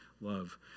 love